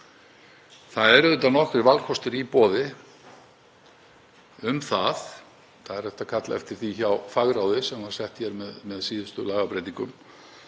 Það eru auðvitað nokkrir valkostir í boði um það. Hægt er að kalla eftir því hjá fagráði sem var sett á fót með síðustu lagabreytingum.